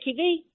TV